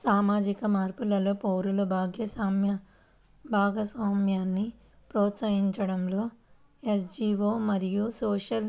సామాజిక మార్పులో పౌరుల భాగస్వామ్యాన్ని ప్రోత్సహించడంలో ఎన్.జీ.వో మరియు సోషల్